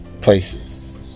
places